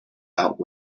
out